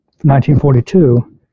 1942